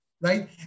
right